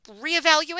reevaluate